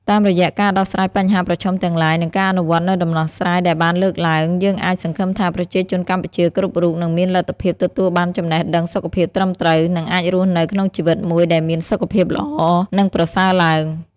តាមរយៈការដោះស្រាយបញ្ហាប្រឈមទាំងឡាយ និងការអនុវត្តនូវដំណោះស្រាយដែលបានលើកឡើង យើងអាចសង្ឃឹមថាប្រជាជនកម្ពុជាគ្រប់រូបនឹងមានលទ្ធភាពទទួលបានចំណេះដឹងសុខភាពត្រឹមត្រូវ និងអាចរស់នៅក្នុងជីវិតមួយដែលមានសុខភាពល្អ និងប្រសើរឡើង។